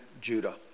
Judah